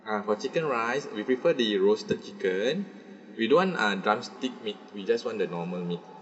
ah for chicken rice we prefer the roasted chicken we don't want ah drumstick meat we just want the normal meat